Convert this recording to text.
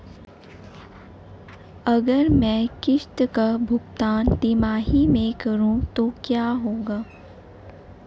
अगर मैं किश्त का भुगतान तिमाही में करूं तो क्या होगा?